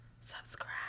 subscribe